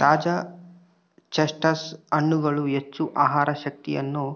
ತಾಜಾ ಚೆಸ್ಟ್ನಟ್ ಹಣ್ಣುಗಳು ಹೆಚ್ಚು ಆಹಾರ ಶಕ್ತಿಯನ್ನು